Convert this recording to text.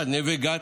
1. נווה גת,